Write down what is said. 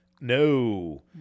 No